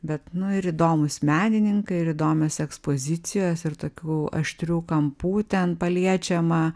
bet nu ir įdomūs menininkai ir įdomios ekspozicijos ir tokių aštrių kampų ten paliečiama